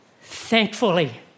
Thankfully